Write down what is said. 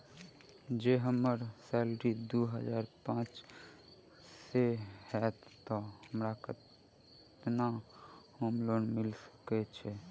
जँ हम्मर सैलरी दु हजार पांच सै हएत तऽ हमरा केतना होम लोन मिल सकै है?